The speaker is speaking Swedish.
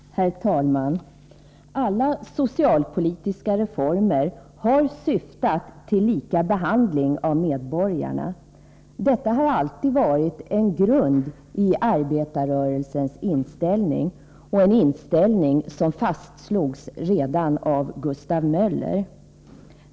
Nr 116 Herr talman! Alla socialpolitiska reformer har syftat till lika behandling av Onsdagen den medborgarna. Detta har alltid varit en grund i arbetarrörelsens inställning 4 april 1984 en inställning som fastslogs redan av Gustav Möller.